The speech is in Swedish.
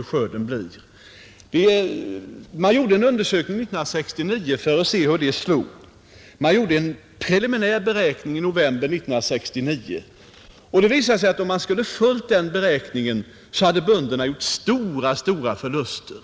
1969 gjordes en undersökning för att man skulle se hur det utföll. En preliminär beräkning gjordes i november 1969, och det visade sig att bönderna skulle ha gjort mycket stora förluster om man hade följt den beräkning 17 en,